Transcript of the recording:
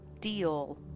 deal